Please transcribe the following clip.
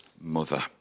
mother